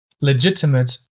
legitimate